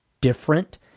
different